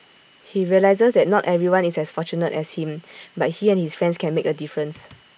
he realises that not everyone is as fortunate as him but he and his friends can make A difference